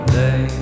day